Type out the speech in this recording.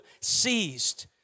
seized